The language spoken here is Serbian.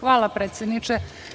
Hvala predsedniče.